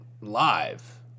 live